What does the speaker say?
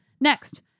Next